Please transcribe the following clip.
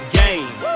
game